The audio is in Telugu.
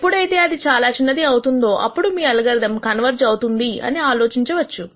ఎప్పుడైతే అది చాలా చిన్నది అవుతుందో అప్పుడు మీరు అల్గారిథం కన్వెర్జ్ అవుతుంది అని ఆలోచించవచ్చు